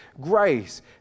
grace